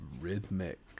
rhythmic